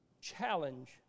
Challenge